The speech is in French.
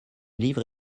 livre